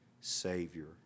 Savior